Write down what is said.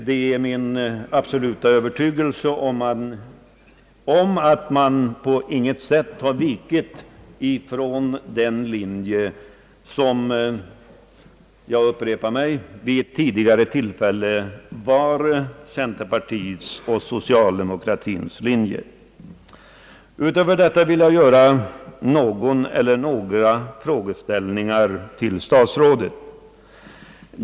Det är min absoluta övertygelse att man på inget sätt har vikit från den linje — jag upprepar det — som vid ett tidigare tillfälle var centerpartiets och socialdemokraternas linje. Utöver detta vill jag göra någon eller några frågor till statsrådet.